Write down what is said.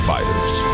Fighters